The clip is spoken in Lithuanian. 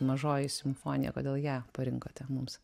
mažoji simfonija kodėl ją parinkote mums